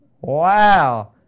wow